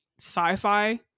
sci-fi